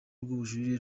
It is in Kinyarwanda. rw’ubujurire